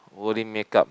holy make up